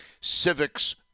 civics